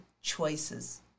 choices